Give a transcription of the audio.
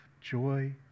joy